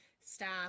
staff